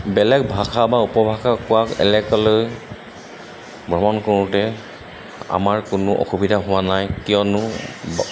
বেলেগ ভাষা বা উপভাষা কোৱা এলেকালৈ ভ্ৰমণ কৰোঁতে আমাৰ কোনো অসুবিধা হোৱা নাই কিয়নো